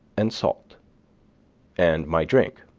and salt and my drink,